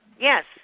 Yes